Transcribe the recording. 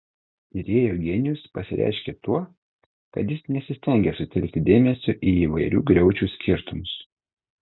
tyrėjo genijus pasireiškė tuo kad jis nesistengė sutelkti dėmesio į įvairių griaučių skirtumus